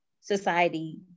society